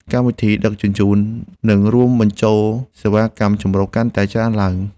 កម្មវិធីដឹកជញ្ជូន នឹងរួមបញ្ចូលសេវាកម្មចម្រុះកាន់តែច្រើនឡើង។